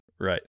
right